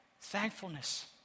thankfulness